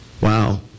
Wow